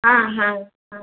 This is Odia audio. ହଁ ହଁ ହଁ